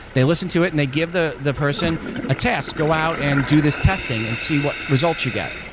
they listen to it and they give the the person a task, go out and do this testing and see what results you get.